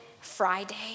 Friday